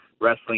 wrestling